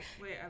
Wait